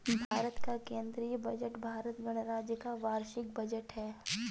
भारत का केंद्रीय बजट भारत गणराज्य का वार्षिक बजट है